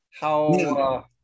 how-